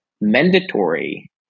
mandatory